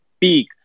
peak